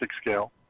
scale